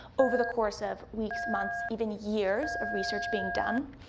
over the course of weeks, months, even years of research being done.